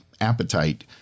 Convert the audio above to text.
appetite